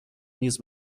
نیز